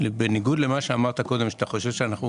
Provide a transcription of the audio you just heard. בניגוד למה שאמרת קודם, שאתה חושב שאנחנו